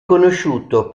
conosciuto